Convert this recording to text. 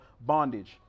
bondage